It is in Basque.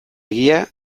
egia